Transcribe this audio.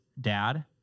dad